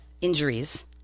injuries